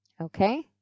Okay